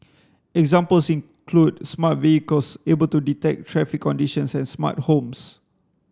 examples include smart vehicles able to detect traffic conditions and smart homes